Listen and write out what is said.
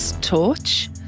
torch